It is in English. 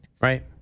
Right